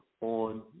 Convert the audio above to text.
on